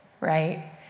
right